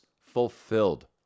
fulfilled